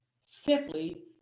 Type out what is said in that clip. simply